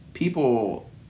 People